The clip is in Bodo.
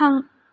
थां